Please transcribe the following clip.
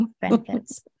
benefits